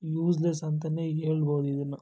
useless ಅಂತಲೇ ಹೇಳ್ಬೋದು ಇದನ್ನು